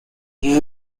give